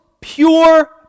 pure